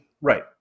Right